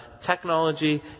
technology